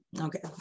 okay